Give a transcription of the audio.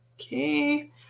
Okay